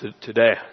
today